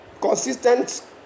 consistent